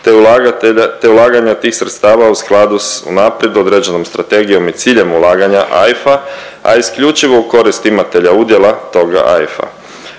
te ulaganja tih sredstava u skladu s unaprijed određenom strategijom i ciljem ulaganja AIF-a, a isključivo u korist imatelja udjela toga AIF-a.